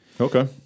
Okay